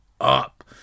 up